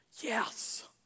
Yes